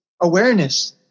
awareness